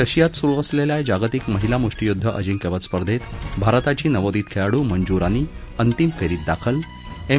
रशियात सुरु असलेल्या जागतिक महिला मुष्ठियुद्ध अजिंक्यपद स्पर्धेत भारताची नवोदित खेळाडू मंजू रानी अंतिम फेरीत दाखल एम